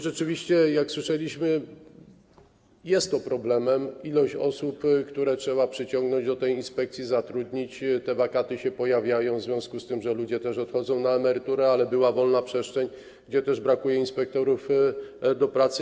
Rzeczywiście jak słyszeliśmy, problemem jest ilość osób, które trzeba przyciągnąć do tej inspekcji, zatrudnić, pojawiają się wakaty w związku z tym, że ludzie też odchodzą na emeryturę, ale była wolna przestrzeń, gdzie też brakuje inspektorów do pracy.